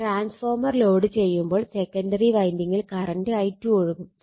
transformer ലോഡുചെയ്യുമ്പോൾ secondary വൈൻഡിംഗിൽ current I2 ഒഴുകും